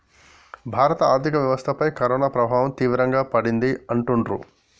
భారత ఆర్థిక వ్యవస్థపై కరోనా ప్రభావం తీవ్రంగా పడింది అంటుండ్రు